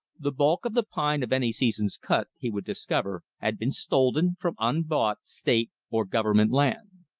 the bulk of the pine of any season's cut he would discover had been stolen from unbought state or government land.